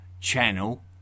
channel